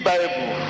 Bible